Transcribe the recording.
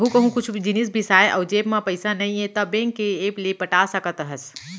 कभू कहूँ कुछु जिनिस बिसाए अउ जेब म पइसा नइये त बेंक के ऐप ले पटा सकत हस